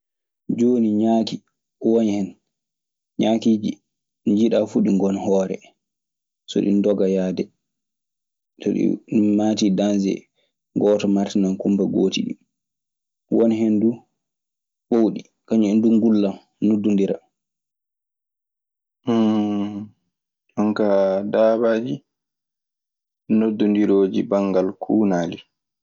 Hooni ñaaki wonhen ñaakiiji njiiɗaa fuu ɗi ngon hoore, so ɗi ndoga yaade. So ɗi maati danse, gooto marsinan kumpa gooti ɗii. Won hen duu ɓowɗi kañun en duu ndillan noddondira. Jonkaa daabaaji noddondirooji banngal kuunaali.